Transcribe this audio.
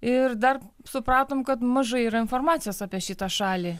ir dar supratom kad mažai yra informacijos apie šitą šalį